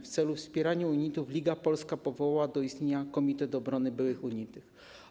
W celu wspierania unitów Liga Polska powołała do istnienia Komitet Obrony Byłych Unitów.